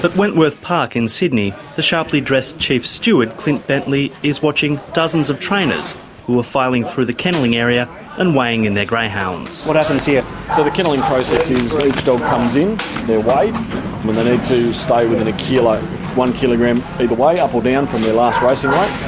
but wentworth park in sydney, the sharply dressed chief steward, clint bentley, is watching dozens of trainers who are filing through the kennelling area and weighing in their greyhounds. what happens here? so the kennelling process is, each dog comes in, they're weighed, when they need to stay within a kilo one kilogram either way, up or down from their last racing